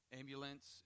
ambulance